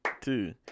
two